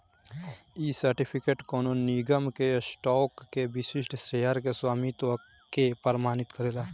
इ सर्टिफिकेट कवनो निगम के स्टॉक के विशिष्ट शेयर के स्वामित्व के प्रमाणित करेला